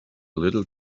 little